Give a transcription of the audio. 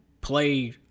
play